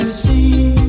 see